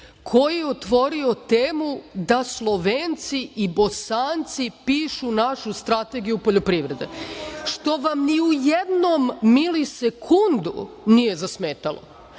koji je otvorio temu da Slovenci i Bosanci pišu našu strategiju poljoprivrede, što vam ni u jednom milisekundu nije zasmetalo.